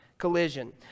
collision